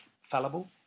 fallible